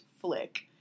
flick